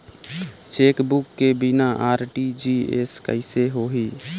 Chequebook के बिना RTGS कइसे होही?